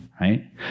right